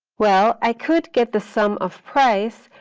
well, i could get the sum of price,